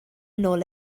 nôl